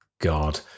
god